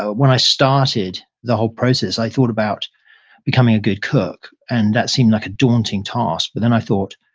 ah when i started the whole process, i thought about becoming a good cook and that seemed like a daunting task. but then i thought,